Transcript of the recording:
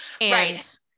Right